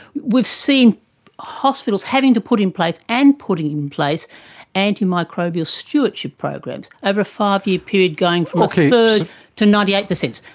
we've seen hospitals having to put in place and putting in place antimicrobial stewardship programs over a five-year period, going from a third to ninety eight percent.